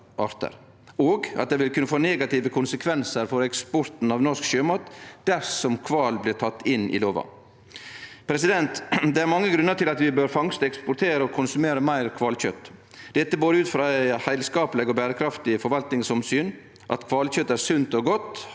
og at det vil kunne få negative konsekvensar for eksporten av norsk sjømat dersom kval blir teke inn i lova. Det er mange grunnar til at vi bør fangste, eksportere og konsumere meir kvalkjøt: ut frå eit heilskapleg og berekraftig forvaltingsomsyn, at kvalkjøt er sunt og godt,